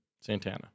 Santana